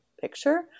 picture